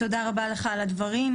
תודה רבה לך על הדברים.